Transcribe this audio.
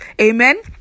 Amen